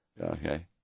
Okay